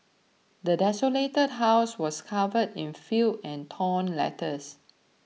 the desolated house was covered in filth and torn letters